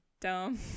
dumb